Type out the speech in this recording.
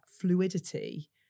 fluidity